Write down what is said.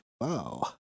wow